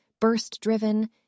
burst-driven